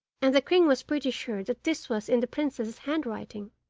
and the king was pretty sure that this was in the princess's handwriting.